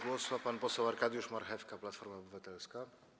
Głos ma pan poseł Arkadiusz Marchewka, Platforma Obywatelska.